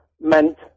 meant